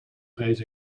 vrees